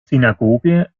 synagoge